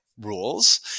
rules